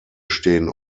stehen